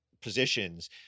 positions